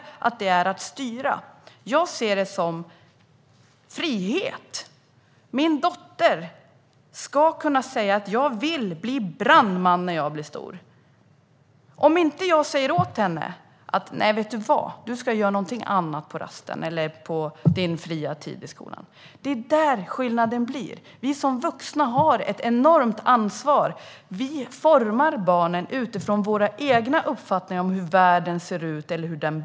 Jag ser det för min del som frihet. Min dotter ska kunna säga att hon vill bli brandman när hon blir stor. Och då kommer inte jag att säga åt henne: Nej, vet du vad, du ska göra någonting annat på rasten och på din fria tid i skolan! Det är det här som är skillnaden. Vi som vuxna har ett enormt ansvar. Vi formar barnen utifrån våra egna uppfattningar om hur världen ser ut eller bör se ut.